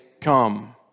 come